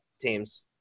teams